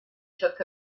took